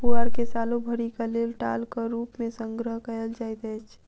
पुआर के सालो भरिक लेल टालक रूप मे संग्रह कयल जाइत अछि